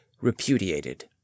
repudiated